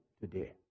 today